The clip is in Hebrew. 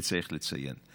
וצריך לציין: